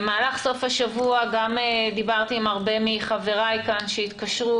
במהלך סוף השבוע דיברתי עם רבים מחבריי כאן שהתקשרו,